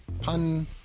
pun-